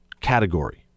category